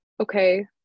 okay